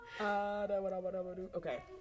Okay